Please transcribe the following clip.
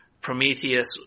Prometheus